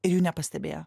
ir jų nepastebėjo